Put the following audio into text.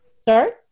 Sorry